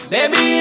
Baby